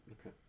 Okay